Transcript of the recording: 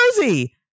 Jersey